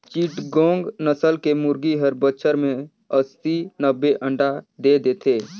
चिटगोंग नसल के मुरगी हर बच्छर में अस्सी, नब्बे अंडा दे देथे